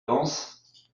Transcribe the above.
vence